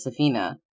Safina